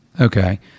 Okay